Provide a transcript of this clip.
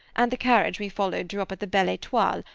and the carriage we followed drew up at the belle etoile,